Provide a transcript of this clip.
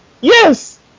Yes